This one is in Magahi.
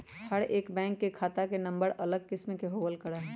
हर एक बैंक के खाता के नम्बर अलग किस्म के होबल करा हई